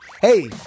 Hey